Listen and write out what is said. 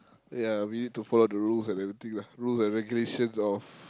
ya we need to follow the rules and everything lah rules and regulations of